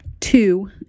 two